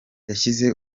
yashyize